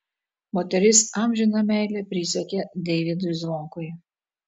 moteris amžiną meilę prisiekė deivydui zvonkui